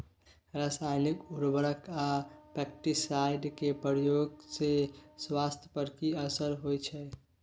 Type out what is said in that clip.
रसायनिक उर्वरक आ पेस्टिसाइड के प्रयोग से स्वास्थ्य पर कि असर होए छै?